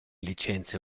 licenze